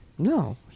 No